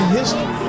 history